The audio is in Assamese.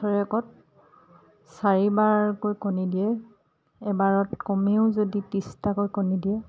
বছৰেকত চাৰিবাৰকৈ কণী দিয়ে এবাৰত কমেও যদি ত্ৰিছটাকৈ কণী দিয়ে